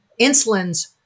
insulin's